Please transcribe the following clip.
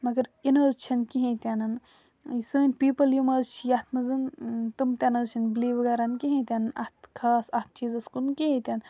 مگر یِنہٕ حظ چھِنہٕ کِہیٖنۍ تہِ نَن سٲنۍ پیٖپٕل یِم حَظ چھِ یَتھ منٛز تِم تہِ نہٕ حظ چھِنہٕ بٕلیٖو کَران کِہیٖنۍ تہِ نہٕ اَتھ خاص اَتھ چیٖزَس کُن کِہیٖنۍ تہِ نہٕ